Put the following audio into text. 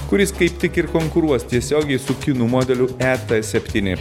kuris kaip tik ir konkuruos tiesiogiai su kinų modelių e t septyni